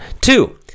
two